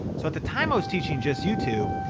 so at the time i was teaching just youtube.